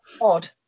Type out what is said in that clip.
odd